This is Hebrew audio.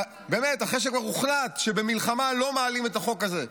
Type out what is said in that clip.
באמת, אחרי שהוחלט שבמלחמה לא מעלים את החוק הזה,